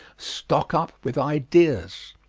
stock up with ideas.